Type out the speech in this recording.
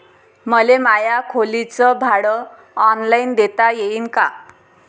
मले माया खोलीच भाड ऑनलाईन देता येईन का?